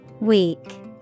Weak